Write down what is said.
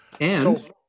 And-